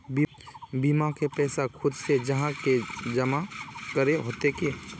बीमा के पैसा खुद से जाहा के जमा करे होते की?